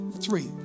three